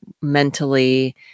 mentally